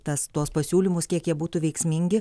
tas tuos pasiūlymus kiek jie būtų veiksmingi